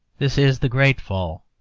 this is the great fall,